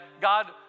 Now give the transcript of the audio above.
God